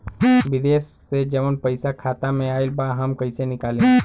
विदेश से जवन पैसा खाता में आईल बा हम कईसे निकाली?